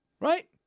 Right